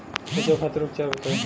बचाव खातिर उपचार बताई?